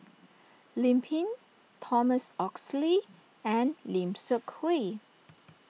Lim Pin Thomas Oxley and Lim Seok Hui